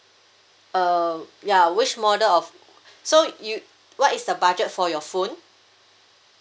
uh ya which model of so you what is the budget for your phone